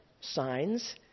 signs